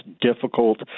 difficult